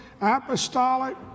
apostolic